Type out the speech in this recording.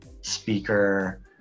speaker